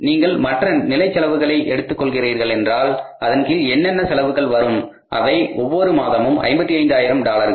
நீங்கள் மற்ற நிலை செலவுகளை எடுத்துக் கொள்கிறீர்கள் என்றால் அதன் கீழ் என்னென்ன செலவுகள் வரும் அவை ஒவ்வொரு மாதமும் 55 ஆயிரம் டாலர்கள்